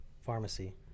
pharmacy